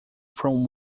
from